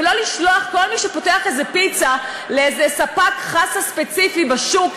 ולא לשלוח כל מי שפותח איזה פיצרייה לאיזה ספק חסה ספציפי בשוק,